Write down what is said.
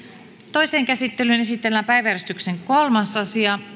toiseen käsittelyyn esitellään päiväjärjestyksen kolmas asia